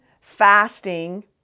fasting